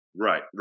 Right